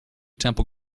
temple